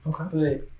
Okay